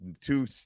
two